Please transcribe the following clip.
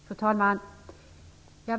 Fru talman!